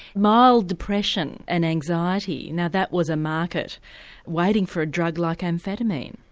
mild depression and anxiety now that was a market waiting for a drug like amphetamine.